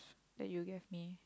that you gave me